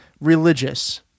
religious